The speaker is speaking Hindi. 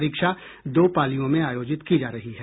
परीक्षा दो पालियों में आयोजित की जा रही है